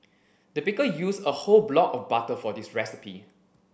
the baker used a whole block of butter for this recipe